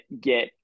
get